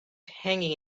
hanging